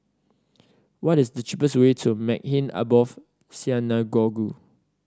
what is the cheapest way to Maghain Aboth Synagogue